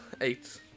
Eight